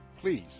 Please